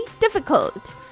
difficult